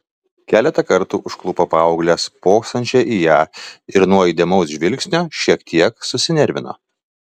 keletą kartų užklupo paauglę spoksančią į ją ir nuo įdėmaus žvilgsnio šiek tiek susinervino